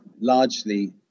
largely